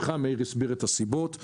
ומאיר הסביר את הסיבות למה זה נדחה.